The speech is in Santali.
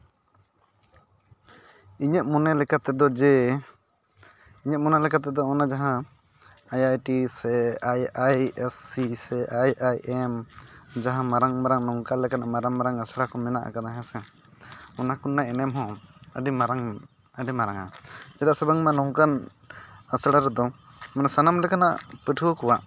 ᱤᱧᱟᱹᱜ ᱢᱚᱱᱮ ᱞᱮᱠᱟᱛᱮᱫᱚ ᱡᱮ ᱤᱧᱟᱹᱜ ᱢᱚᱱᱮ ᱞᱮᱠᱟᱛᱮᱫᱚ ᱚᱱᱟ ᱡᱟᱦᱟᱸ ᱟᱭ ᱟᱭ ᱴᱤ ᱥᱮ I I S C ᱥᱮ ᱟᱭ ᱟᱭ ᱮᱢ ᱡᱟᱦᱟᱸ ᱢᱟᱨᱟᱝ ᱢᱟᱨᱟᱝ ᱱᱚᱝᱠᱟ ᱞᱮᱠᱟᱱᱟᱜ ᱢᱟᱨᱟᱝ ᱢᱟᱨᱟᱝ ᱟᱥᱲᱟ ᱠᱚ ᱢᱮᱱᱟᱜ ᱟᱠᱟᱫᱟ ᱦᱮᱸᱥᱮ ᱚᱱᱟ ᱠᱚᱨᱮᱱᱟᱜ ᱮᱱᱮᱢ ᱦᱚᱸ ᱟᱹᱰᱤ ᱢᱟᱨᱟᱝ ᱟᱹᱰᱤ ᱢᱟᱨᱟᱝᱟ ᱪᱮᱫᱟᱜ ᱥᱮ ᱵᱟᱝᱢᱟ ᱱᱚᱝᱠᱟᱱ ᱟᱥᱲᱟ ᱨᱮᱫᱚ ᱢᱟᱱᱮ ᱥᱟᱱᱟᱢ ᱞᱮᱠᱟᱱᱟᱜ ᱯᱟᱹᱴᱷᱩᱣᱟᱹ ᱠᱚᱣᱟᱜ